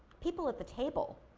people at the table,